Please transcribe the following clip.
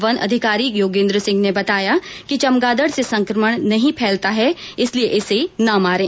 one अधिकारी योगेन्द्र सिंह ने बताया कि चमगादड़ से संक्रमण नहीं फैलता है इसलिए इसे ना मारे